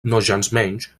nogensmenys